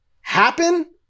happen